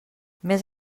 més